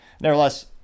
Nevertheless